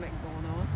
mcdonald